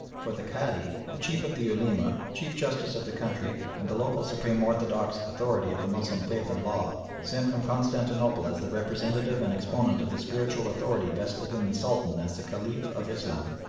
for the cadi, the chief of the ulema, chief justice of the country, and the local supreme orthodox authority of the moslem faith and law, sent from constantinople as the representative and exponent of the spiritual authority vested in the sultan as the caliph of islam,